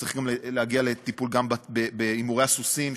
צריך גם להגיע לטיפול גם בהימורי הסוסים,